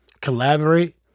collaborate